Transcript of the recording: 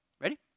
Ready